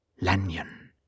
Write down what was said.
Lanyon